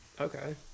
Okay